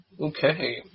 Okay